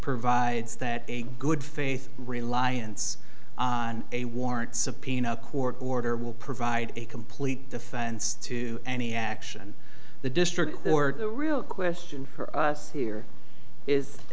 provides that a good faith reliance on a warrant subpoena a court order will provide a complete defense to any action the district or the real question for us here is